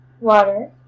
water